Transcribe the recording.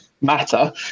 matter